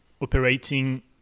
operating